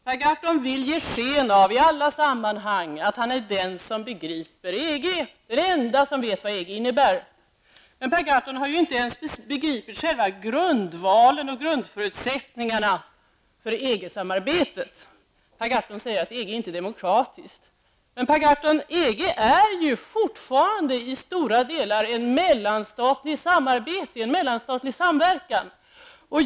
Per Gahrton vill i alla sammanhang ge sken av att han är den som begriper EG, är den enda som vet vad EG innebär. Per Gahrton har inte ens begripit själva grundvalen och grundförutsättningarna för EG-samarbetet. Per Gahrton säger att det inte är demokratiskt. Men EG är ju fortfarande i stora delar en mellanstatlig samverkan.